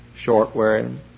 Short-wearing